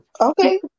Okay